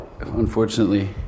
unfortunately